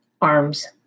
arms